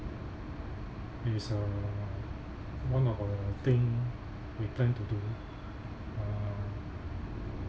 is uh one of a thing we plan to do uh